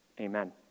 Amen